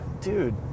Dude